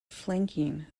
flanking